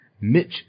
Mitch